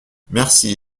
merci